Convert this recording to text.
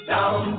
Down